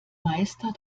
meister